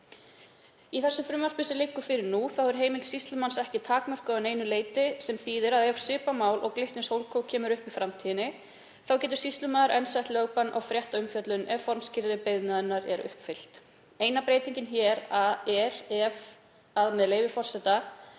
Í því frumvarpi sem liggur fyrir nú er heimild sýslumanns ekki takmörkuðu að neinu leyti sem þýðir að ef svipað mál og Glitnis HoldCo kemur upp í framtíðinni þá getur sýslumaður enn sett lögbann á fréttaumfjöllun ef formskilyrði beiðninnar eru uppfyllt. Eina breytingin er að ef, með leyfi forseta,